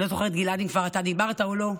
אני לא זוכרת, גלעד, אם אתה דיברת או לא,